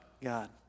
God